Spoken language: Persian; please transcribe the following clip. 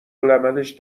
العملش